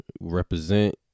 represent